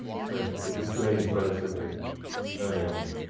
so it was glazed relatively early on.